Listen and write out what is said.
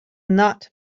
not